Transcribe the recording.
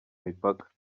mipaka